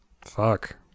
Fuck